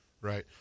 right